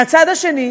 מהצד השני,